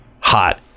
hot